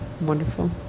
Wonderful